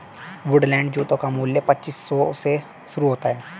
Woodland जूतों का मूल्य पच्चीस सौ से शुरू होता है